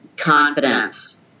confidence